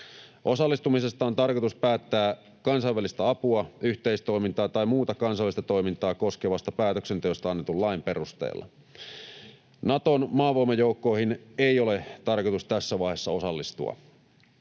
Osallistumisesta on tarkoitus päättää kansainvälistä apua, yhteistoimintaa tai muuta kansallista toimintaa koskevasta päätöksenteosta annetun lain perusteella. Naton maavoimajoukkoihin ei ole tarkoitus tässä vaiheessa osallistua.